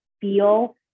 feel